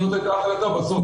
זו הייתה ההחלטה בסוף.